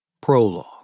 Prologue